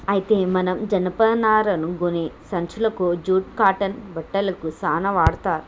అయితే మనం జనపనారను గోనే సంచులకు జూట్ కాటన్ బట్టలకు సాన వాడ్తర్